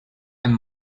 and